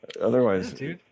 Otherwise